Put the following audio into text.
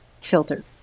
filter